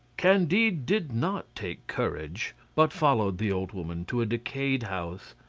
candide did not take courage, but followed the old woman to a decayed house,